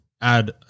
add